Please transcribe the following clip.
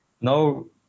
no